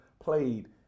played